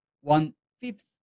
one-fifth